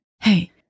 Hey